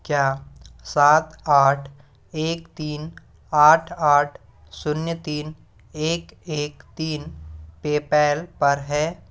क्या सात आठ एक तीन आठ आठ शून्य तीन एक एक तीन पेपैल पर है